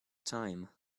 time